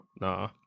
Nah